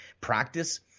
practice